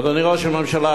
אדוני ראש הממשלה,